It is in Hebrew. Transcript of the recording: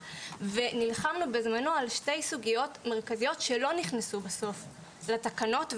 ונלחמנו בזמנו על שתי סוגיות מרכזיות שלא נכנסו בסוף לתקנות.